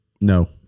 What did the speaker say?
No